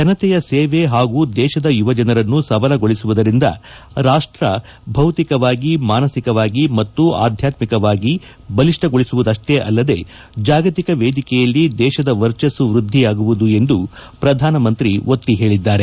ಜನತೆಯ ಸೇವೆ ಹಾಗೂ ದೇಶದ ಯುವಜನರನ್ನು ಸಬಲಗೊಳಿಸುವುದರಿಂದ ರಾಷ್ಟ ಬೌತಿಕವಾಗಿ ಮಾನಸಿಕವಾಗಿ ಮತ್ತು ಆಧ್ಯಾತ್ಮಿಕವಾಗಿ ಬಲಿಷ್ಣಗೊಳಿಸುವುದಷ್ಟೇ ಅಲ್ಲದೇ ಜಾಗತಿಕ ವೇದಿಕೆಯಲ್ಲಿ ದೇಶದ ವರ್ಚಸ್ಸು ವೃದ್ದಿಯಾಗುವುದು ಎಂದು ಪ್ರಧಾನಮಂತ್ರಿ ಒತ್ತಿ ಹೇಳಿದ್ದಾರೆ